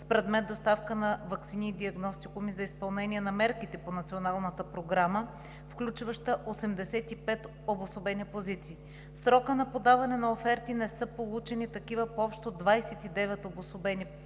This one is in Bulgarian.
с предмет „Доставка на ваксини и диагностикуми за изпълнение на мерките по Националната програма“, включваща 85 обособени позиции. В срока на подаване на оферти не са получени такива по общо 29 обособени позиции